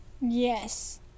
Yes